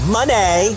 Money